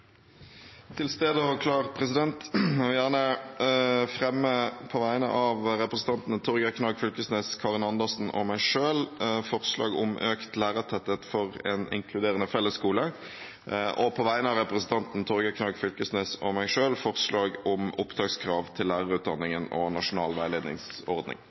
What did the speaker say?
Til stede og klar, president. Jeg vil gjerne på vegne av representantene Torgeir Knag Fylkesnes, Karin Andersen og meg selv fremme forslag om økt lærertetthet for en inkluderende fellesskole. Jeg vil også på vegne av representanten Torgeir Knag Fylkesnes og meg selv fremme forslag om opptakskrav til lærerutdanningen og nasjonal veiledningsordning.